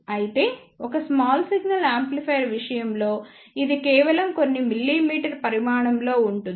అయితే ఒక small signal amplifier విషయంలో ఇది కేవలం కొన్ని మిల్లీమీటర్ పరిమాణంలో ఉంటుంది